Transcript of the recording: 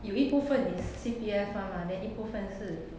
有一部分 is C_P_F one mah then 一部分是